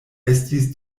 estis